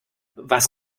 was